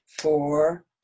four